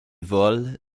vole